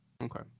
Okay